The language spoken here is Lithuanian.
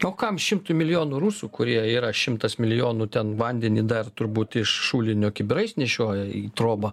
o kam šimtui milijonų rusų kurie yra šimtas milijonų ten vandenį dar turbūt iš šulinio kibirais nešioja į trobą